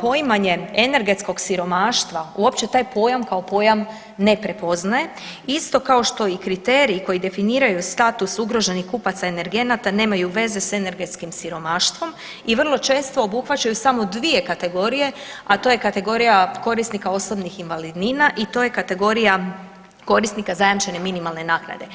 poimanje energetskog siromaštva, uopće taj pojam kao pojam ne prepoznaje, isto kao što i kriteriji koji definiraju status ugroženih kupaca energenata nemaju veze s energetskim siromaštvom i vrlo često obuhvaćaju samo 2 kategorije, a to je kategorija korisnika osobnih invalidnina i to je kategorija korisnika zajamčene minimalne naknade.